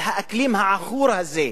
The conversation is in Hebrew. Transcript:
על האקלים העכור הזה,